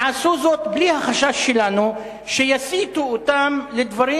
יעשו זאת בלי החשש שלנו שיסיתו אותם לדברים